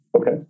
Okay